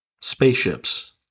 Spaceships